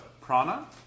prana